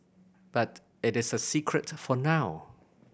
but it is a secret for now